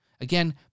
Again